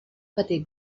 petit